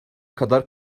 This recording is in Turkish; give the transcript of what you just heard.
kadar